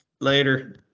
Later